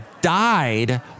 died